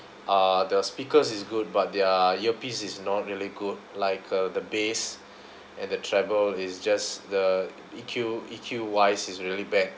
uh the speakers is good but their earpiece is not really good like uh the bass and the treble is just the E_Q E_Q wise is really bad